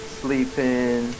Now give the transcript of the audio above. sleeping